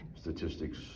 statistics